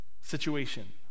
situation